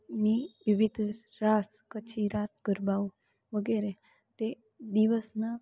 ની વિવિધ રાસ પછી રાસ ગરબાઓ વગેરે તે દિવસના